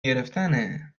گرفتنه